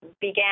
began